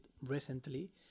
recently